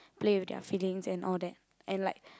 play with their feelings and all that and like